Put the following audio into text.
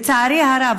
לצערי הרב,